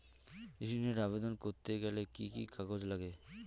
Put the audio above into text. ঋণের আবেদন করতে গেলে কি কি কাগজ লাগে?